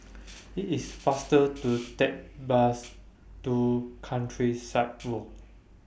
IT IS faster to Take Bus to Countryside Walk